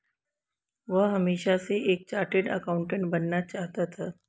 वह हमेशा से एक चार्टर्ड एकाउंटेंट बनना चाहता था